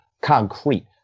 concrete